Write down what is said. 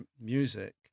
music